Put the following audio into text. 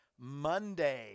Monday